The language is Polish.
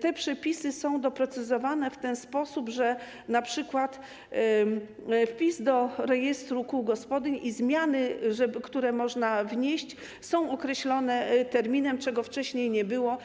te przepisy są doprecyzowane w ten sposób, że np. wpis do rejestru kół gospodyń i zmiany, które można wnieść, są określone terminem, czego wcześniej nie było.